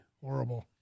Horrible